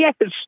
yes